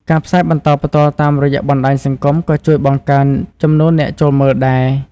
ការផ្សាយបន្តផ្ទាល់ តាមរយៈបណ្តាញសង្គមក៏ជួយបង្កើនចំនួនអ្នកចូលមើលដែរ។